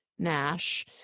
nash